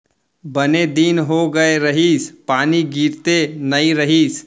बने दिन हो गए रहिस, पानी गिरते नइ रहिस